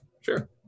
Sure